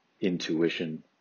intuition